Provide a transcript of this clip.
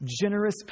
generous